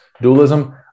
Dualism